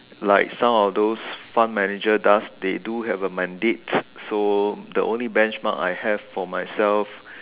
like some of those fun manager does they do have a mandate so the only benchmark I have for myself